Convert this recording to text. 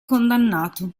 condannato